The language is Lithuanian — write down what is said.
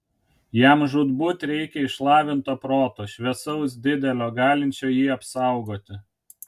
jam žūtbūt reikia išlavinto proto šviesaus didelio galinčio jį apsaugoti